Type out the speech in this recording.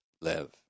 live